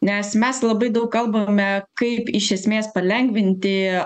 nes mes labai daug kalbame kaip iš esmės palengvinti